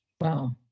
Wow